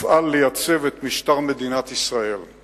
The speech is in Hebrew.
תפעל לייצב את משטר מדינת ישראל;